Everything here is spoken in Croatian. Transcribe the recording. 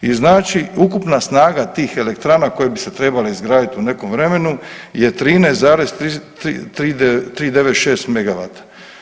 I znači ukupna snaga tih elektrana koje bi se trebale izgraditi u nekom vremenu je 13,396 mega vata.